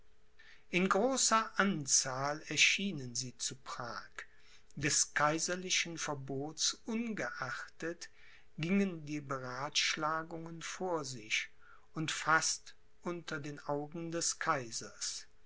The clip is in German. in großer anzahl erschienen sie zu prag des kaiserlichen verbots ungeachtet gingen die beratschlagungen vor sich und fast unter den augen des kaisers